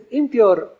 impure